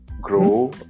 grow